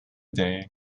day